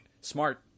smart